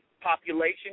population